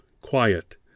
quiet